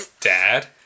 Dad